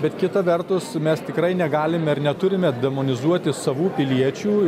bet kita vertus mes tikrai negalime ir neturime demonizuoti savų piliečių